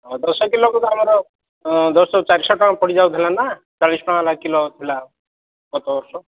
ହଁ ଦଶ କିଲୋକୁ ତ ଆମର ଦଶ ଚଉ ଚାରିଶହ ଟଙ୍କା ପଡ଼ିଯାଉଥିଲା ନା ଚାଳିଶ ଟଙ୍କା ଲାଖେ କିଲୋ ଥିଲା ଗତ ବର୍ଷ